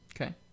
Okay